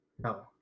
no